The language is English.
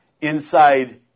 inside